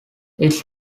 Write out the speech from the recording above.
its